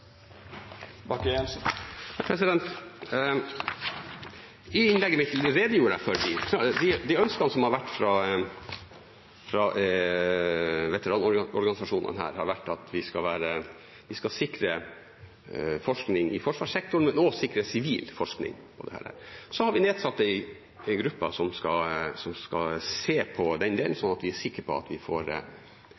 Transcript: I innlegget mitt redegjorde jeg for dette. De ønskene som har kommet fra veteranorganisasjonene, har vært at vi skal sikre forskning i forsvarssektoren, men også sikre sivil forskning på dette. Så har vi nedsatt en gruppe som skal se på den delen,